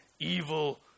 evil